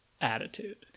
attitude